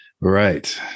Right